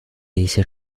一些